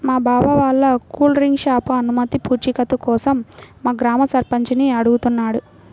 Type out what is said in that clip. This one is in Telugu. మా బావ వాళ్ళ కూల్ డ్రింక్ షాపు అనుమతి పూచీకత్తు కోసం మా గ్రామ సర్పంచిని అడుగుతున్నాడు